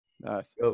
Nice